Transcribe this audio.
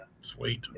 Sweet